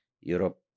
europe